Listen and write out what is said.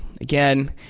Again